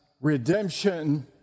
redemption